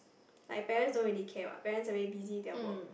like parents don't really care what parents already busy with their work